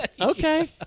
Okay